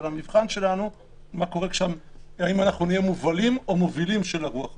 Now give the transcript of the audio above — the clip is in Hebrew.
אבל המבחן שלנו הוא האם אנחנו נהיה מובלים או מובילים של הרוח הזאת.